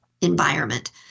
environment